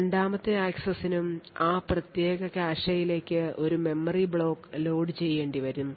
രണ്ടാമത്തെ ആക്സസിനും ആ പ്രത്യേക കാഷെയിലേക്ക് ഒരു മെമ്മറി ബ്ലോക്ക് ലോഡുചെയ്യേണ്ടിവരും